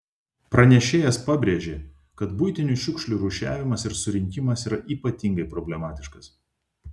pranešėjas pabrėžė kad buitinių šiukšlių rūšiavimas ir surinkimas yra ypatingai problematiškas